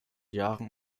jahren